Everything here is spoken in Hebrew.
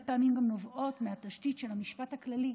פעמים גם נובעות מהתשתית של המשפט הכללי,